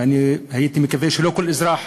ואני הייתי מקווה שלא כל אזרח